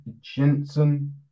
Jensen